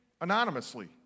anonymously